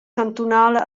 cantunala